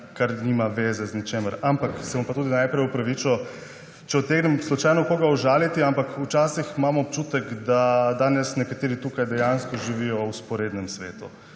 kar nima zveze z ničemer. Se bom pa tudi najprej opravičil, če utegnem slučajno koga užaliti, ampak včasih imam občutek, da danes nekateri tukaj dejansko živijo v vzporednem svetu.